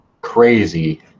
crazy